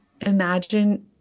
imagine